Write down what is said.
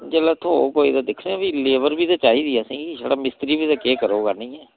जेल्लै थ्होग कोई ते दिक्खने आं भी लेबर बी ते चाहिदी ऐ असेईं छड़ा मिस्तरी गै केह् करग आह्नियै